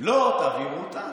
אם לא תעבירו אותה,